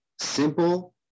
simple